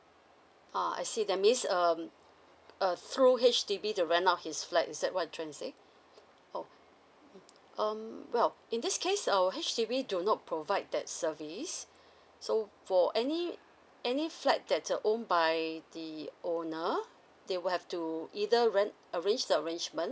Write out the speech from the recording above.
uh I see that means um err through H_D_B to rent out his flat is that what you're trying to say oh um mm well in this case err H_D_B do not provide that service so for any any flat that err own by the owner they will have to either rent arrange the arrangement